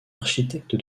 architecte